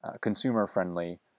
consumer-friendly